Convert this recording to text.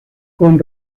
con